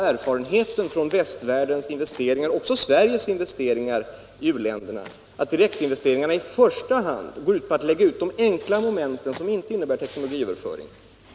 Erfarenheten av västvärldens investeringar och också Sveriges investeringar i u-länderna visar att de investeringarna i första hand går ut på att lägga ut enkla moment som inte innebär teknologiöverföring.